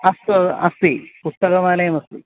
अस्तु अस्ति पुस्तकमालयमस्ति